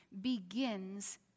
begins